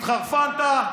התחרפנת?